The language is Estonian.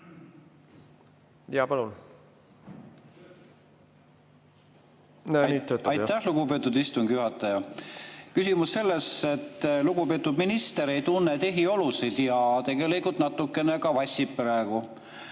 palun! Aitäh, lugupeetud istungi juhataja! Küsimus on selles, et lugupeetud minister ei tunne tehiolusid ja tegelikult natukene ka vassib praegu.